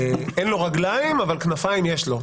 אין לו רגליים אבל כנפיים יש לו,